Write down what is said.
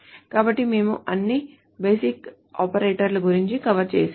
కాబట్టి మేము అన్ని బేసిక్ ఆపరేటర్ల గురించి కవర్ చేసాము